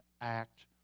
act